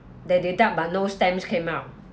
they deduct but no stamps came out